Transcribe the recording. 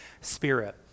Spirit